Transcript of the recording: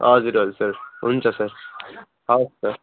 हजुर हजुर सर हुन्छ सर हवस् सर